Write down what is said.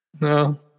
no